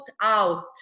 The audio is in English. out